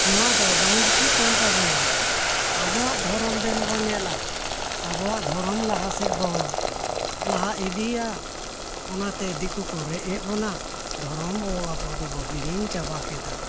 ᱱᱚᱣᱟ ᱫᱚ ᱵᱟᱝ ᱡᱩᱛᱩᱜ ᱠᱟᱱ ᱛᱟᱵᱚᱱᱟ ᱟᱵᱚᱣᱟᱜ ᱫᱷᱚᱨᱚᱢ ᱫᱮᱱ ᱵᱚᱱ ᱧᱮᱞᱟ ᱟᱵᱚᱣᱟᱜ ᱫᱷᱚᱨᱚᱢ ᱞᱟᱦᱟ ᱥᱮᱫ ᱵᱚᱱ ᱞᱟᱦᱟ ᱤᱫᱤᱭᱟ ᱚᱱᱟᱛᱮ ᱫᱤᱠᱩ ᱠᱚ ᱨᱮᱡ ᱮᱫ ᱵᱚᱱᱟ ᱫᱷᱚᱨᱚᱢ ᱵᱚᱱ ᱟᱵᱚ ᱫᱚᱵᱚᱱ ᱦᱤᱲᱤᱧ ᱪᱟᱵᱟ ᱠᱮᱫᱟ